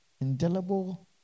indelible